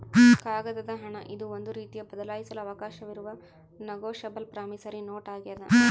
ಕಾಗದದ ಹಣ ಇದು ಒಂದು ರೀತಿಯ ಬದಲಾಯಿಸಲು ಅವಕಾಶವಿರುವ ನೆಗೋಶಬಲ್ ಪ್ರಾಮಿಸರಿ ನೋಟ್ ಆಗ್ಯಾದ